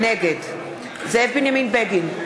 נגד זאב בנימין בגין,